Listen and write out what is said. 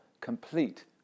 complete